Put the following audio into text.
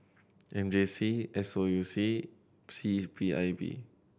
M J C S O U C C P I B